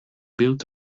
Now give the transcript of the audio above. build